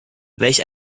welch